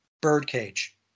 Birdcage